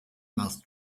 mouth